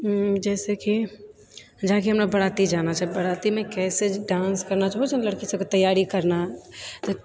जैसेकि जेनाकि हमरा बराती जाना छै बरातीमे कैसे डान्स करना छै होइत छै नहि लड़की सबके तैयार करना तऽ